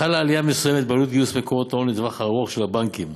חלה עלייה מסוימת בעלות גיוס מקורות ההון לטווח הארוך של הבנקים.